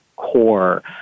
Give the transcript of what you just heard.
core